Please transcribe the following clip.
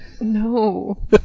No